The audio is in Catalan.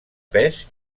pes